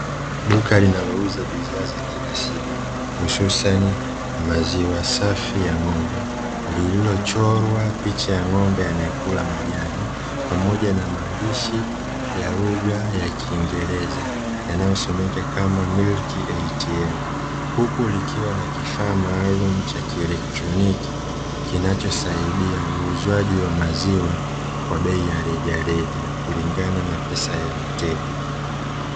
Duka linalouza bidhaa za kila siku hususani maziwa safi ya ng’ombe lililochorwa picha ya ng’ombe anayekula majani pamoja na maandishi ya lugha ya kingereza yanayosomeka kama Milk ATM, huku likiwa na kifaa maalumu cha kielectroniki kinachosaidia uuzwaji wa maziwa kwa bei ya rejareja kulingana na pesa ya mteja.